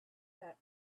that